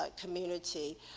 community